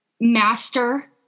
master